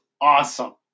awesome